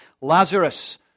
Lazarus